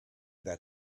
that